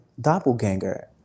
doppelganger